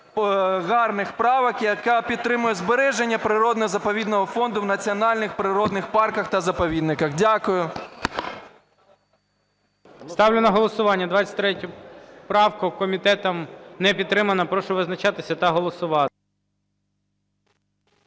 гарних правок, яка підтримує збереження природного заповідного фонду в національних природних парках та заповідниках. Дякую. ГОЛОВУЮЧИЙ. Ставлю на голосування 23 правку. Комітетом не підтримана. Прошу визначатися та голосувати.